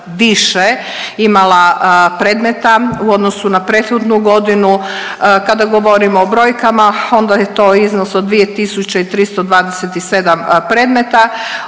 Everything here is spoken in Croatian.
imala predmeta u odnosu na prethodnu godinu, kada govorimo o brojkama onda je to iznos od 2.327 predmeta,